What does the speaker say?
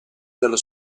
dallo